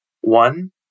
One